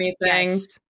yes